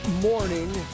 morning